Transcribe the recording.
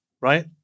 right